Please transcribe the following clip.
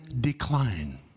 decline